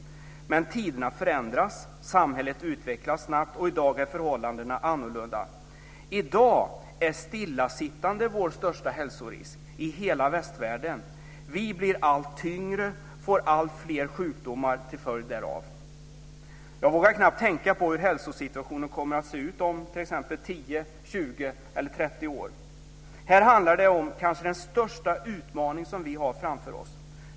Men tiderna förändras, samhället utvecklas snabbt och i dag är förhållandena annorlunda. I dag är stillasittande vår största hälsorisk, i hela västvärlden. Vi blir allt tyngre, får alltfler sjukdomar till följd därav." Jag vågar knappt tänka på hur hälsosituationen kommer att se ut om t.ex. 10, 20 eller 30 år. Här handlar det om den kanske största utmaning som vi har framför oss.